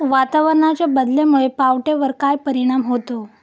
वातावरणाच्या बदलामुळे पावट्यावर काय परिणाम होतो?